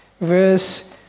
verse